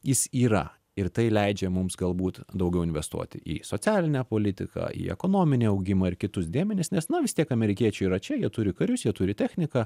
jis yra ir tai leidžia mums galbūt daugiau investuoti į socialinę politiką į ekonominį augimą ir kitus dėmenis nes na vis tiek amerikiečiai yra čia jie turi karius jie turi techniką